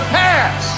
pass